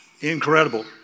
incredible